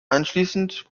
anschließend